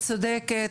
צודקת?